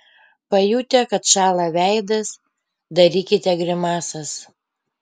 pajutę kad šąla veidas darykite grimasas